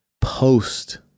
Post